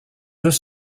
deux